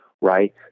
right